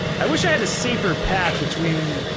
i wish i had a safer path between.